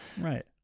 right